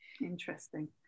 Interesting